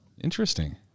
Interesting